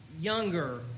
younger